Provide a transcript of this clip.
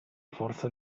forza